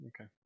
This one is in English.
Okay